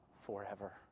forever